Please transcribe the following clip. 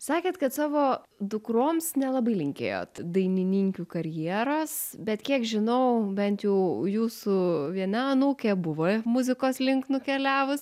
sakėt kad savo dukroms nelabai linkėjot dainininkių karjeros bet kiek žinau bent jų jūsų viena anūkė buvo muzikos link nukeliavus